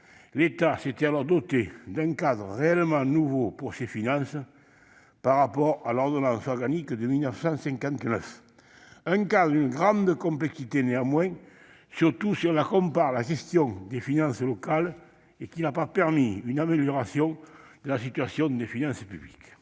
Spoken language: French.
L'État s'était alors doté d'un cadre réellement nouveau pour ses finances, par rapport à l'ordonnance organique de 1959- un cadre d'une grande complexité néanmoins, surtout comparé à celui de la gestion des finances locales, et qui n'a pas permis une amélioration de la situation des finances publiques.